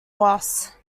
was